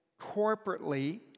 corporately